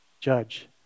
judge